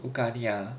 cook curry ah